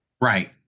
Right